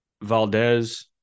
Valdez